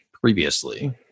previously